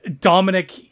Dominic